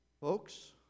Folks